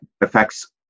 affects